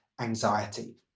anxiety